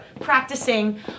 practicing